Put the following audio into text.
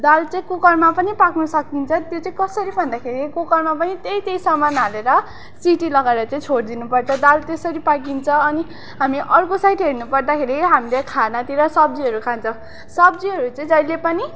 दाल चाहिँ कुकरमा पनि पाक्न सकिन्छ त्यो चाहिँ कसरी भन्दाखेरि कुकरमा पनि त्यही त्यही सामान हालेर सिटी लगाएर चाहिँ छोड्दिनुपर्छ दाल त्यसरी पाकिन्छ अनि हामी अर्को साइड हेर्नु पर्दाखेरि हामीले खानातिर सब्जीहरू खान्छ सब्जीहरू चाहिँ जहिले पनि